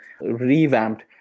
revamped